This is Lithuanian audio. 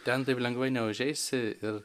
ten taip lengvai neužeisi ir